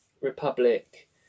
Republic